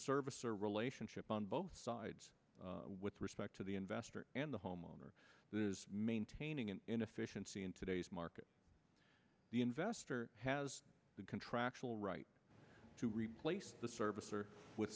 service or relationship on both sides with respect to the investor and the homeowner is maintaining an inefficiency in today's market the investor has the contractual right to replace the service or with